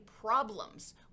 problems